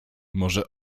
może